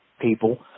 people